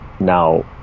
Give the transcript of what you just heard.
now